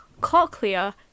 cochlea